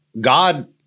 God